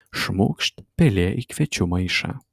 šmūkšt pelė į kviečių maišą